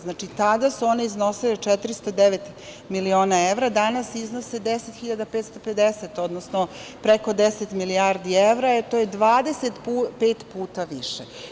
Znači, tada su one iznosile 409.000.000 evra, a danas iznose 10.550, odnosno preko 10.000.000.000 evra i to je 25 puta više.